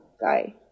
guy